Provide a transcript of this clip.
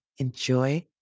Enjoy